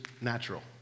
natural